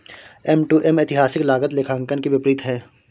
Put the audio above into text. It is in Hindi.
एम.टू.एम ऐतिहासिक लागत लेखांकन के विपरीत है